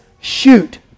shoot